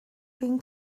been